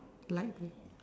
like